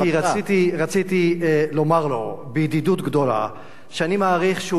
רציתי לומר לו בידידות גדולה שאני מעריך שהוא